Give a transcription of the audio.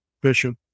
bishop